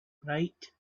bright